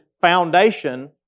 foundation